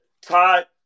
Todd